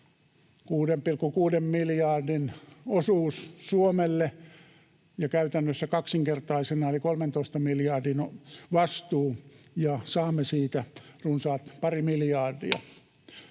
6,6 miljardin osuus Suomelle, ja käytännössä kaksinkertaisena eli 13 miljardiin on vastuu, ja saamme siitä runsaat pari miljardia.